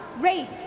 race